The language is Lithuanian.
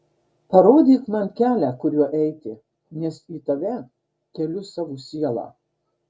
parodyk man kelią kuriuo eiti nes į tave keliu savo sielą